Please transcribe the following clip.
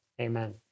Amen